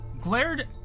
glared